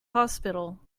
hospital